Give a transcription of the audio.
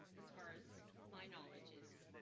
as far as my knowledge is.